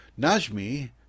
Najmi